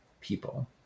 people